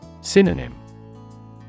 Synonym